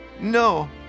No